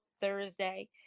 Thursday